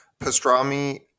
Pastrami